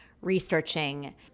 researching